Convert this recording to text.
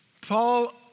Paul